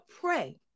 pray